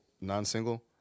Non-single